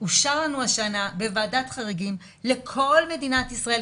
אושר לנו השנה בוועדת חריגים לכל מדינת ישראל,